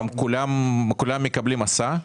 כולם מקבלים הסעה?